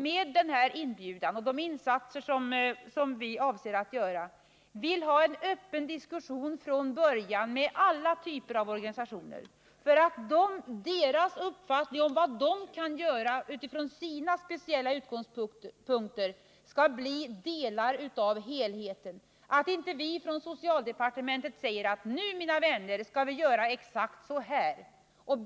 Med denna inbjudan och de insatser som vi avser att göra vill vi från början ha en öppen diskussion med alla typer av organisationer för att deras uppfattningar om vad de utifrån sina speciella utgångspunkter kan göra skall bli delar av helheten. Vi från socialdepartementet skall inte säga: Nu, mina vänner, skall vi göra exakt så här. Då skulle